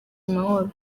amahoro